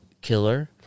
Killer